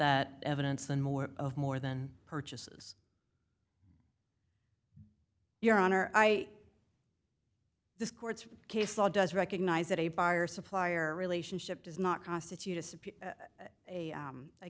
that evidence and more of more than purchases your honor i this court's case law does recognize that a buyer supplier relationship does not constitute a